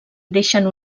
deixen